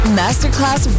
masterclass